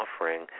offering